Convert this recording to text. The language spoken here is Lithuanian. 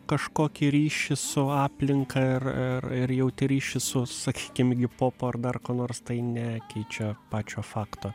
kažkokį ryšį su aplinka ir ir jauti ryšį su sakykim igipopu ar dar kuo nors tai nekeičia pačio fakto